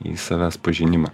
į savęs pažinimą